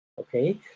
Okay